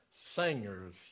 singers